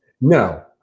No